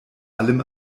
allem